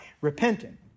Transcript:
repenting